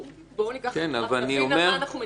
בואו נבין על מה אנחנו מדברים.